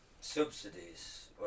Subsidies